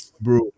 bro